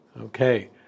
Okay